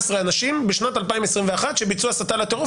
אנשים בשנת 2021 שביצעו הסתה לטרור,